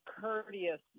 courteous